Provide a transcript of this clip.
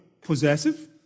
possessive